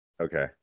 Okay